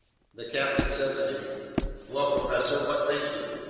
the captain said to me well, professor! what think you?